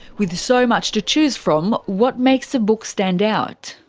with so much to choose from, what makes a book stand out?